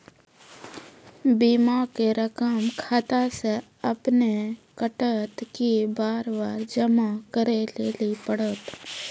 बीमा के रकम खाता से अपने कटत कि बार बार जमा करे लेली पड़त?